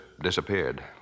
disappeared